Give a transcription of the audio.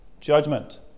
judgment